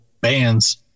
bands